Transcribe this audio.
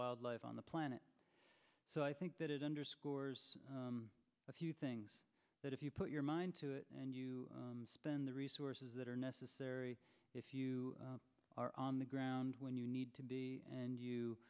wildlife on the planet so i think that it underscores a few things that if you put your mind to it and you spend the resources that are necessary if you are on the ground when you need to be and you